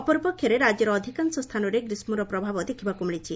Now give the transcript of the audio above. ଅପରପକ୍ଷରେ ରାକ୍ୟର ଅଧିକାଂଶ ସ୍ଥାନରେ ଗ୍ରୀଷ୍କର ପ୍ରଭାବ ଦେଖବାକୁ ମିଳିଛି